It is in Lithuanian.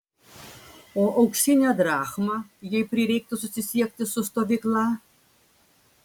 o auksinę drachmą jei prireiktų susisiekti su stovykla